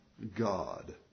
God